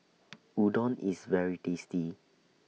Udon IS very tasty